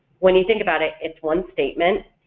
when you think about it it's one statement,